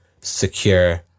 secure